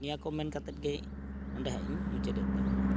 ᱱᱤᱭᱟᱹᱠᱚ ᱢᱮᱱ ᱠᱟᱛᱮᱫ ᱜᱮ ᱱᱚᱰᱮᱼᱦᱟᱸᱜ ᱤᱧ ᱢᱩᱪᱟᱹᱫ ᱮᱫ ᱛᱟᱵᱚᱱᱟ